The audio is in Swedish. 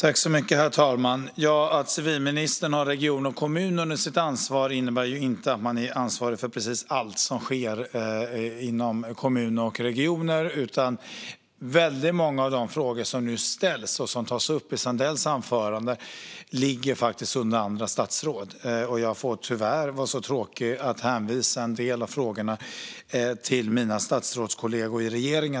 Herr talman! Att man som civilminister har regioner och kommuner inom sitt ansvarsområde innebär inte att man är ansvarig för precis allt som sker inom kommuner och regioner. Väldigt många av de frågor som nu ställdes i Joakim Sandells anförande ligger faktiskt under andra statsråd, och jag får tyvärr vara så tråkig att jag hänvisar en del av frågorna till mina statsrådskollegor i regeringen.